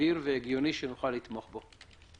סביר והגיוני שנוכל לתמוך בו.